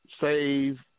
save